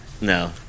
No